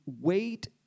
wait